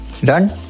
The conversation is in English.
Done